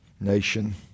nation